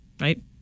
right